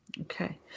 Okay